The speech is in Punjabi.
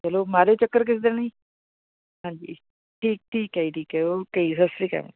ਚਲੋ ਮਾਰਿਓ ਚੱਕਰ ਕਿਸੇ ਦਿਨ ਜੀ ਹਾਂਜੀ ਠੀਕ ਠੀਕ ਹੈ ਠੀਕ ਹੈ ਓਕੇ ਜੀ ਸਤਿ ਸ਼੍ਰੀ ਅਕਾਲ